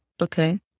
Okay